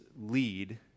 lead